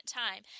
time